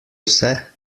vse